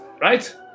right